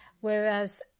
whereas